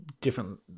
different